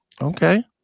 Okay